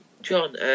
John